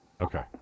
Okay